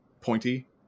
pointy